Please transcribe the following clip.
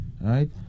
right